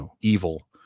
evil